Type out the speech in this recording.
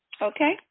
Okay